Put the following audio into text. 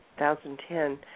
2010